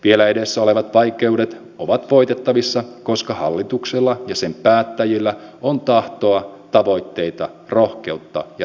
vielä edessä olevat vaikeudet ovat voitettavissa koska hallituksella ja sen päättäjillä on tahtoa tavoitteita rohkeutta ja ratkaisukykyä